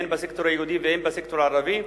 הן בסקטור היהודי והן בסקטור הערבי.